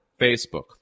Facebook